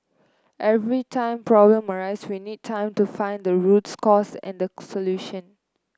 every time problem arise we need time to find the roots cause and the solution